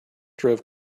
drove